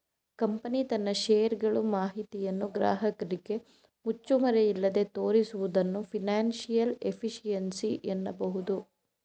company ತನ್ನ share ಗಳು ಮಾಹಿತಿಯನ್ನು ಗ್ರಾಹಕರಿಗೆ ಮುಚ್ಚುಮರೆಯಿಲ್ಲದೆ ತೋರಿಸುವುದನ್ನು ಫೈನಾನ್ಸಿಯಲ್ ಎಫಿಷಿಯನ್ಸಿ ಅನ್ನಬಹುದು